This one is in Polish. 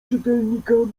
czytelnikami